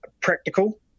practical